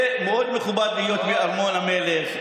זה מאוד מכובד להיות בארמון המלך,